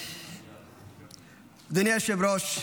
אדוני היושב-ראש,